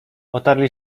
otarli